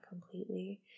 completely